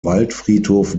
waldfriedhof